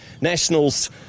Nationals